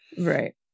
Right